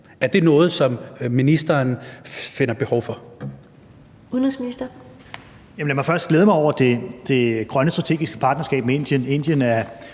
Udenrigsministeren (Jeppe Kofod): Lad mig først glæde mig over det grønne strategiske partnerskab med Indien. Indien er